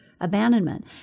abandonment